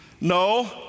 no